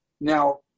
now